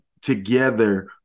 together